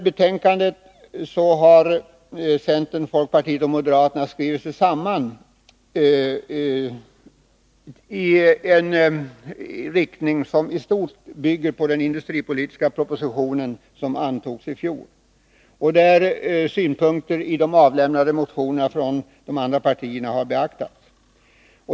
Centern, folkpartiet och moderaterna har i näringsutskottets betänkande nr 34 skrivit sig samman i en riktning som i stort bygger på den industripolitiska proposition som antogs i fjol. Synpunkter i de från de andra partierna avlämnade motionerna har därvid beaktats.